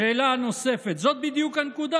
שאלה נוספת: "זאת בדיוק הנקודה.